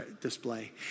display